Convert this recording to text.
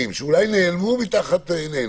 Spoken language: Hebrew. שנעלמו מתחת עינינו,